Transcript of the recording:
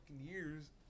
years